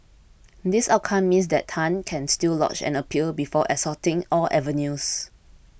this outcome means that Tan can still lodge an appeal before exhausting all avenues